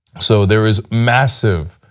so there is massive,